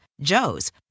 Joe's